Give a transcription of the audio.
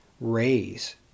raise